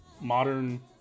modern